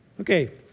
Okay